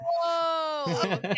Whoa